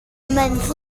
month